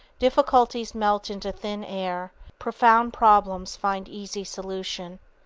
difficulties melt into thin air, profound problems find easy solution.